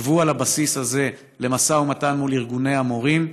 שבו על הבסיס הזה למשא ומתן מול ארגוני המורים.